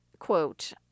Quote